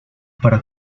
para